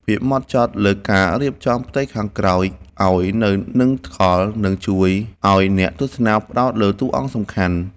ភាពម៉ត់ចត់លើការរៀបចំផ្ទៃខាងក្រោយឱ្យនៅនឹងថ្កល់នឹងជួយឱ្យអ្នកទស្សនាផ្ដោតលើតួអង្គសំខាន់។